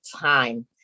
time